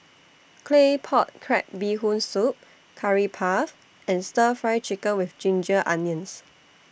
Claypot Crab Bee Hoon Soup Curry Puff and Stir Fry Chicken with Ginger Onions